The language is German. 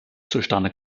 zustande